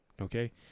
Okay